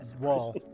wall